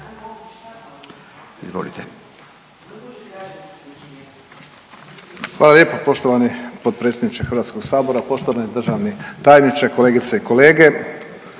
Hvala lijepa. Poštovani potpredsjedniče HS-a, poštovana državna tajnice, kolegice i kolege.